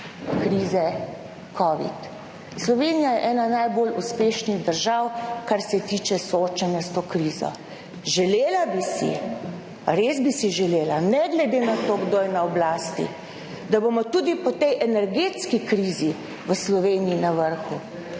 krize covid. Slovenija je ena najbolj uspešnih držav, kar se tiče soočanja s to krizo. Želela bi si, res bi si želela, ne glede na to, kdo je na oblasti, da bomo tudi po tej energetski krizi v Sloveniji na vrhu,